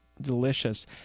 delicious